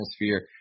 atmosphere